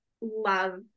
love